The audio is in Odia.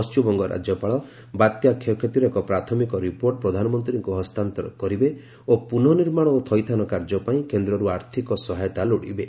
ପଶ୍ଚିମବଙ୍ଗ ରାଜ୍ୟପାଳ ବାତ୍ୟା କ୍ଷୟକ୍ଷତିର ଏକ ପ୍ରାଥମିକ ରିପୋର୍ଟ ପ୍ରଧାନମନ୍ତ୍ରୀଙ୍କୁ ହସ୍ତାନ୍ତର କରିବେ ଓ ପୁନଃନିର୍ମାଣ ଓ ଥଇଥାନ କାର୍ଯ୍ୟ ପାଇଁ କେନ୍ଦ୍ରରୁ ଆର୍ଥକ ସହାୟତା ଲୋଡିବେ